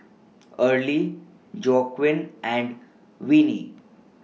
Early Joaquin and Venie